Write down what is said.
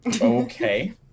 Okay